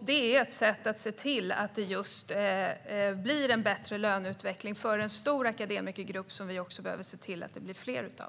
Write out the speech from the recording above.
Det är ett sätt att se till att just löneutvecklingen blir bättre för en stor grupp akademiker, som vi dessutom behöver se till att det blir fler av.